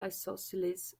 isosceles